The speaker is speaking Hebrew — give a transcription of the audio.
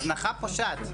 הזנחה פושעת.